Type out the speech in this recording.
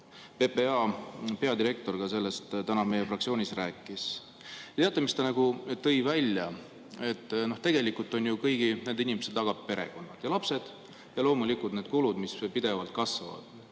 PPA peadirektor ka sellest täna meie fraktsioonis rääkis. Teate, mis ta välja tõi? Et tegelikult on kõigi nende inimeste taga perekond ja lapsed ja loomulikult need kulud, mis pidevalt kasvavad: